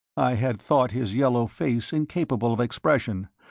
i had thought his yellow face incapable of expression,